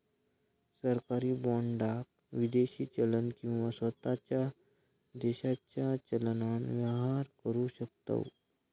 सरकारी बाँडाक विदेशी चलन किंवा स्वताच्या देशाच्या चलनान व्यवहार करु शकतव